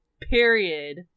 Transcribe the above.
Period